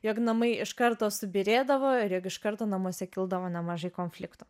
jog namai iš karto subyrėdavo ir jog iš karto namuose kildavo nemažai konfliktų